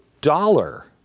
dollar